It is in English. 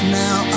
now